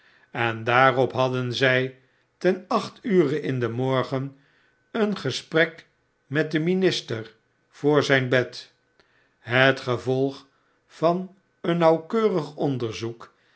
en daarop hadden zij ten acht ure in den morgen een gesprek met den minister voor zijn bed het gevolg van een nauwkeurig onderzoek